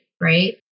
Right